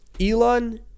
Elon